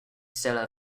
seller